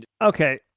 Okay